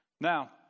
Now